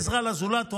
בעזרה לזולת.